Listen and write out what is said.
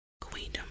Queendom